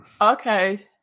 Okay